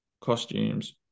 costumes